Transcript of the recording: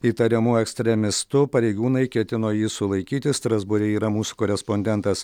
įtariamu ekstremistu pareigūnai ketino jį sulaikyti strasbūre yra mūsų korespondentas